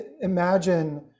imagine